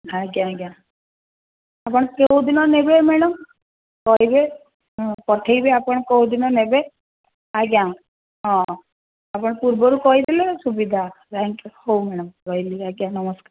ଆଜ୍ଞା ଆଜ୍ଞା ଆପଣ କେଉଁ ଦିନ ନେବେ ମ୍ୟାଡ଼ାମ୍ କହିବେ ହଁ ପଠାଇବେ ଆପଣ କେଉଁ ଦିନ ନେବେ ଆଜ୍ଞା ହଁ ଆପଣ ପୂର୍ବରୁ କହିଥିଲେ ସୁବିଧା ଥ୍ୟାଙ୍କ୍ ୟ୍ୟୁ ହଉ ମ୍ୟାଡ଼ାମ୍ ରହିଲି ଆଜ୍ଞା ନମସ୍କାର